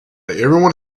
everyone